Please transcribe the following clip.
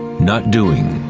not doing.